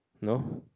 no